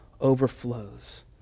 overflows